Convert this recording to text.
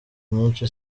nyinshi